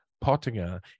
Pottinger